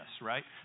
right